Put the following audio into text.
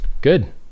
good